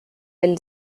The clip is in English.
been